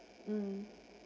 mm